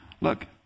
Look